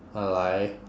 uh 来